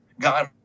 God